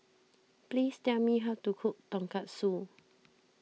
please tell me how to cook Tonkatsu